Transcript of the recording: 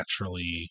naturally